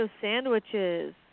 sandwiches